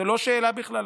זו לא שאלה בכלל.